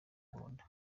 akunda